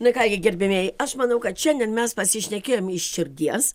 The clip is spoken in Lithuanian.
na ką gi gerbiamieji aš manau kad šiandien mes pasišnekėjom iš širdies